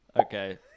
Okay